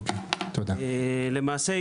למעשה,